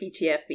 PTFE